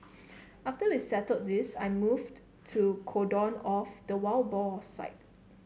after we settled this I moved to cordon off the wild boar site